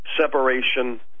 Separation